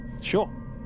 Sure